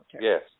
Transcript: Yes